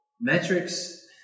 metrics